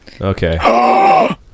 Okay